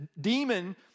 demon